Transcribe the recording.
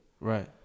right